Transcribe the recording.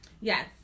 Yes